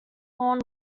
horn